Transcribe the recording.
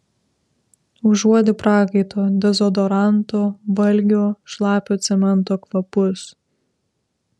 užuodi prakaito dezodoranto valgio šlapio cemento kvapus